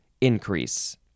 increase